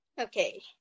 Okay